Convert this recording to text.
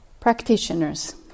Practitioners